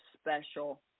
special